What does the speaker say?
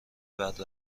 بعد